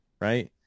right